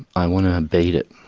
i want to beat it,